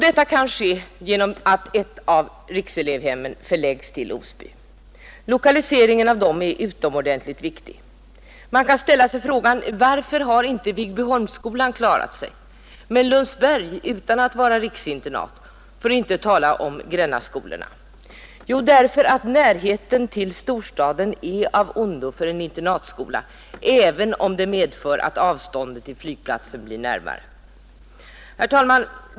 Detta kan ske genom att ett av rikselevhemmen förläggs till Osby. Lokaliseringen av rikselevhemmen är utomordentligt viktig. Man kan ställa frågan: Varför har inte Viggbyholmsskolan klarat sig, medan Lundsberg gjort det utan att vara riksinternat, för att inte tala om Grännaskolan? Jo, det beror på att närheten till storstaden är av ondo för en internatskola, även om avståndet till flygplatsen blir kortare. Herr talman!